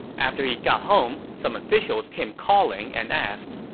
after he got home, some officials came calling and asked,